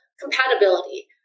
compatibility